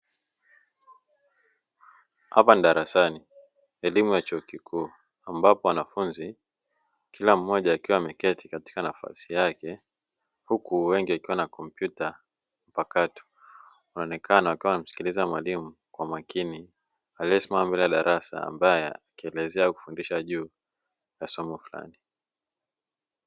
Hapa ni darasani, elimu ya chuo kikuu ambapo wanafunzi kila mmoja akiwa ameketi katika nafasi yake huku wengi wakiwa na kompyuta mpakato. Wanaonekana wakiwa wanamsikiliza mwalimu kwa makini aliyesimama mbele ya darasa ambaye akielezea kufundisha juu ya somo fulani.